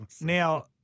Now